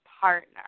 partner